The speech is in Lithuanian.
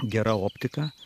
gera optika